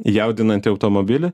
į jaudinantį automobilį